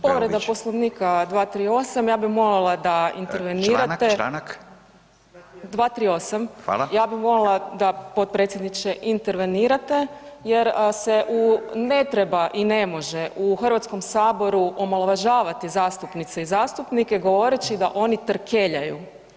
Povreda Poslovnika, 238., ja bih molila da intervenirate [[Upadica: Članak, članak.]] 238 [[Upadica: Hvala.]] ja bi molila da potpredsjedniče intervenirate jer se u ne treba i ne može u Hrvatskom saboru omalovažavati zastupnice i zastupnike govoreći da oni trkeljaju.